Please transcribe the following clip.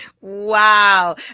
Wow